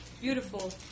beautiful